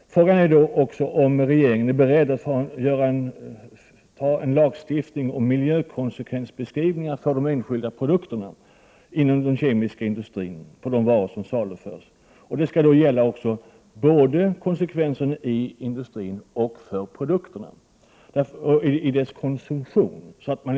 Frågan är då också om regeringen är beredd att införa en lagstiftning om miljökonsekvensbeskrivningar för de enskilda produkterna på de varor som saluförs av den kemiska industrin. Sådana beskrivningar skall gälla såväl konsekvenserna inom industrin som konsekvenserna i samband med konsumtionen av produkterna.